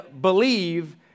believe